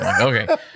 Okay